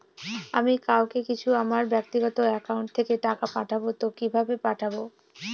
আমি কাউকে কিছু আমার ব্যাক্তিগত একাউন্ট থেকে টাকা পাঠাবো তো কিভাবে পাঠাবো?